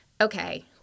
okay –